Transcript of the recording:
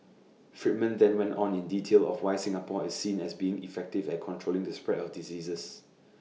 Friedman then went on in detail of why Singapore is seen as being effective at controlling the spread of diseases